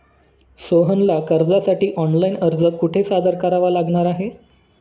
सोहनला कर्जासाठी ऑनलाइन अर्ज कुठे सादर करावा लागणार आहे?